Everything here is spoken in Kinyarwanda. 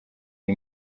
iyi